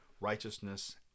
righteousness